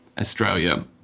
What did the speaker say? Australia